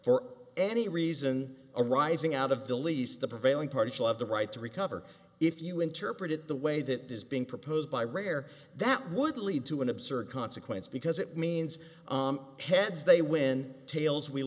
for any reason arising out of the lease the prevailing party shall have the right to recover if you interpret it the way that is being proposed by rare that would lead to an absurd consequence because it means heads they win tails we